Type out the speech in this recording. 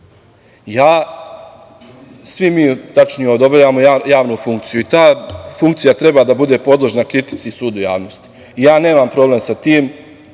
mi odobravamo javnu funkciju i ta funkcija treba da bude podložna kritici i sudu javnosti. Ja nemam problem sa tim